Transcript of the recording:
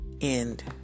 end